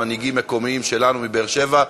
מנהיגים מקומיים שלנו מבאר-שבע.